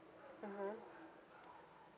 (uh huh)